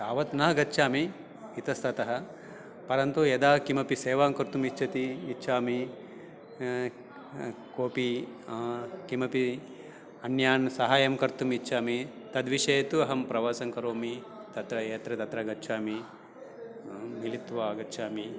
तावत् न गच्छामि इतस्ततः परन्तु यदा किमपि सेवां कर्तुमिच्छामि इच्छामि कोऽपि किमपि अन्यान् सहायं कर्तुम् इच्छामि तद्विषये तु अहं प्रवासं करोमि तत्र यत्र तत्र गच्छामि मिलित्वा आगच्छामि